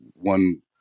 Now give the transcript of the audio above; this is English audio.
one